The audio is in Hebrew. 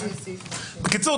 בקיצור,